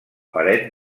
paret